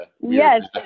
yes